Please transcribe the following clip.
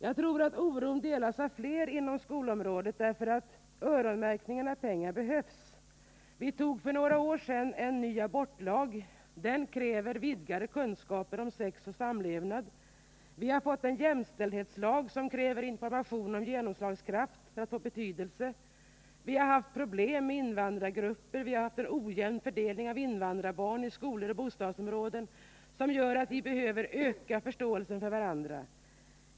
Jag tror att denna oro delas av flera inom skolområdet som tror att öronmärkningen av pengar behövs. Vi fattade för några år sedan beslut om en ny abortlag, och den kräver vidgade kunskaper om sex och samlevnad. Vi har fått en jämställdhetslag, som kräver information och genomslagskraft för att få betydelse. Vi har haft problem med invandrargrupper. Vi har en ojämn fördelning av invandrarbarn i skoloch bostadsområden, som gör att vi behöver öka förståelsen för varandra.